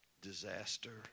disaster